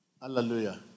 Hallelujah